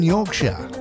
Yorkshire